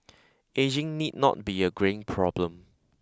ageing need not be a greying problem